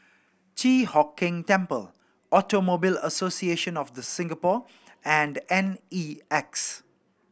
Chi Hock Keng Temple Automobile Association of The Singapore and N E X